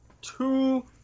two